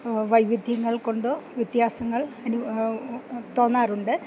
വൈവിധ്യങ്ങൾ കൊണ്ടോ വ്യത്യാസങ്ങൾ തോന്നാറുണ്ട്